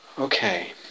Okay